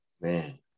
Man